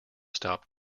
stop